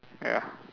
ya